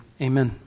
Amen